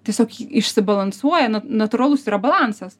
tiesiog ji išsibalansuoja na natūralūs yra balansas